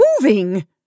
moving